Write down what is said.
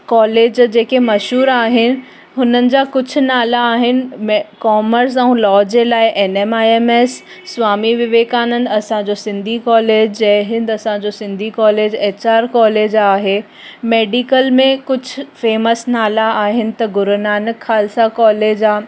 college जेके मशहूर आहिनि हुननि जा कुझु नाला आहिनि में कॉमर्स ऐं लॉ जे लाइ एन एम आहे एम एस स्वामी विवेकानंद असांजो सिंधी कॉलेज जय हिंद असांजो Sindhi college H R college आहे मेडिकल में कुझु फ़ेमस नाला आहिनि त गुरूनानक खालसा कॉलेज आहे